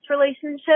relationship